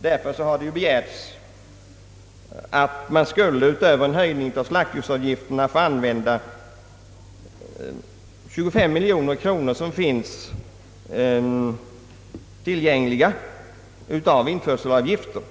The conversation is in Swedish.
Därför har det begärts att man skulle utöver en höjning av slaktdjursavgifterna få använda 25 miljoner kronor som finns tillgängliga av införselavgifter